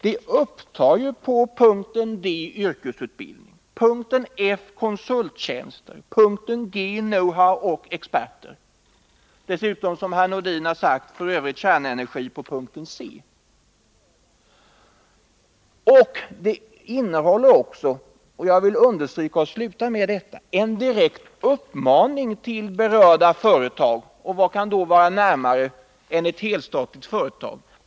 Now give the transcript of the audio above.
Det upptar på punkten D yrkesutbildning, på punkten F konsulttjänst, på punkten G know-how och experter. Och dessutom upptar det, som Sven-Erik Nordin har sagt, kärnenergi på punkten C. Det innehåller också, vill jag understryka, en direkt uppmaning till berörda företag — och vad kan då vara närmare berört än ett helstatligt företag?